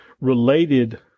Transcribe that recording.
related